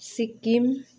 Sikkim